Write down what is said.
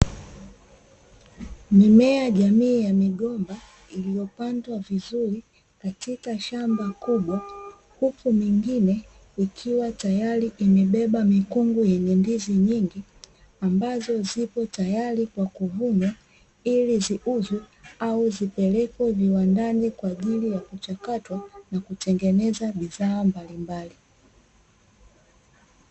Mimea jamii ya migomba iliyopandwa vizuri katika shamba kubwa, huku mingine ikiwa tayari imebeba mikungu yenye ndizi nyingi. Ambazo zipo tayari kwa kuvunwa ili ziuzwe au zipelekwe viwandani kwa ajili ya kuchakatwa na kutengeneza bidhaa mbalimbali.